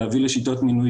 להביא לשיטות מינוי